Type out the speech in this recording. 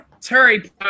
Terry